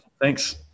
thanks